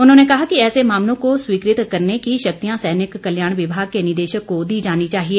उन्होंने कहा कि ऐसे मामलों को स्वीकृत करने की शक्तियां सैनिक कल्याण विभाग के निदेशक को दी जानी चाहिए